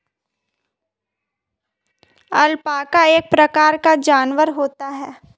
alpaca एक प्रकार का जानवर होता है